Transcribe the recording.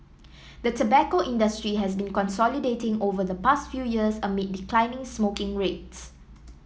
the tobacco industry has been consolidating over the past few years amid declining smoking rates